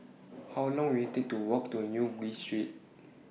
How Long Will IT Take to Walk to New Street